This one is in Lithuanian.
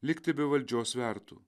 likti be valdžios svertų